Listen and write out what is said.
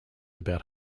about